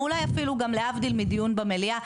ואולי אפילו גם להבדיל מדיון במליאה,